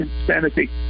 insanity